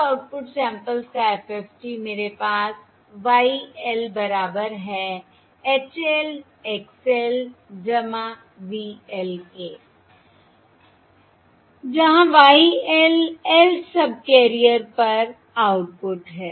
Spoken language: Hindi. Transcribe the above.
प्राप्त आउटपुट सैंपल्स का FFT मेरे पास Y l बराबर है H l Xl V l के जहां Y l lth सबकैरियर पर आउटपुट है